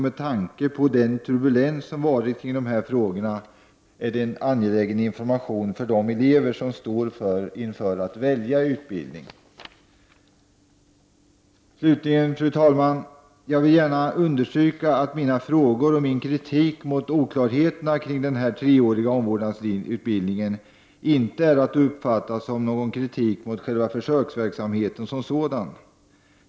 Med tanke på den turbulens som varit kring dssa frågor är informationen säkert också angelägen för de elever som skall välja utbildning. Slutligen, fru talman, vill jag gärna understryka att mina frågor och min kritik mot oklarheterna kring den treåriga omvårdnadsutbildningen inte är att uppfatta som kritik mot försöksverksamheten som sådan.